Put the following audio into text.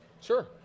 Sure